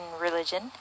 religion